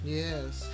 yes